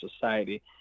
society